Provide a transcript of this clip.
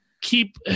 Keep